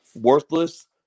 worthless